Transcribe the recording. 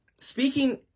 speaking